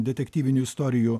detektyvinių istorijų